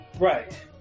Right